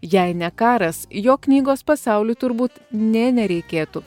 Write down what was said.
jei ne karas jo knygos pasauliui turbūt nė nereikėtų